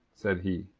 said he.